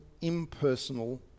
impersonal